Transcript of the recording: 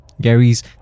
Gary's